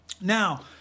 now